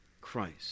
Christ